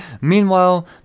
Meanwhile